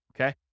Okay